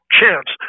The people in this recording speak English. chance